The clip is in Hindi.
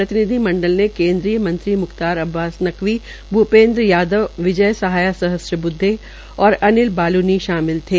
प्रतिनिधि मंडल ने केन्द्रीय मंत्री म्ख्तार अब्बास नकवी भूपेन्द्र यादव विनय साहा सहस्त्रब्दवे और अनिल बाल्नी शामिल थे